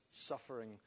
suffering